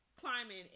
Climbing